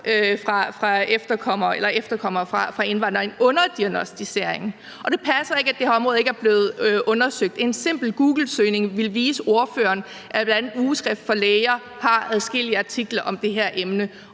af indvandrere – en underdiagnosticering! – og det passer ikke, at det her område ikke er blevet undersøgt. En simpel googlesøgning vil vise ordføreren, at bl.a. Ugeskrift for Læger har adskillige artikler om det her emne.